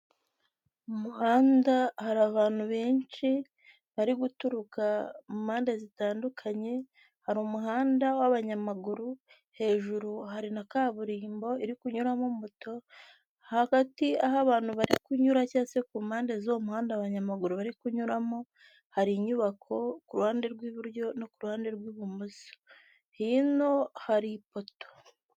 Mu muhanda hari abantu benshi bari guturuka mu mpande zitandukanye. Hari umuhanda w'abanyamaguru hejuru hari na kaburimbo iri kunyuramo moto hagati aho abantu ba bari kunyura cyangwa ku mpande z'uwo muhanda abanyamaguru bari kunyuramo hari inyubako ku ruhande rw'iburyo no kuhande rw'ibumoso hino hari ipoto.